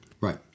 Right